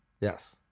Yes